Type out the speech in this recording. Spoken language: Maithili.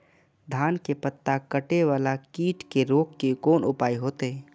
धान के पत्ता कटे वाला कीट के रोक के कोन उपाय होते?